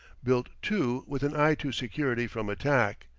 built, too, with an eye to security from attack.